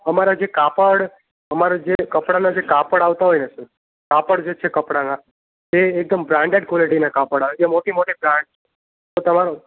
અમારાં જે કાપડ અમારા જે કપડાનાં જે કાપડ આવતાં હોય ને સર કાપડ જે છે કપડાંનાં એ એકદમ બ્રાન્ડેડ ક્વૉલિટીનાં કાપડ આવે જે મોટી મોટી બ્રાન્ડ્સ તમારો